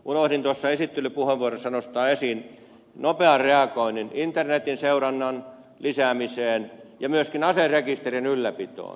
unohdin esittelypuheenvuorossa nostaa esiin nopean reagoinnin internetin seurannan lisäämiseen ja myöskin aserekisterin ylläpitoon